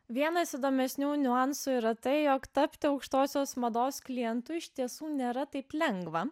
vienas įdomesnių niuansų yra tai jog tapti aukštosios mados klientu iš tiesų nėra taip lengva